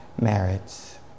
merits